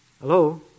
Hello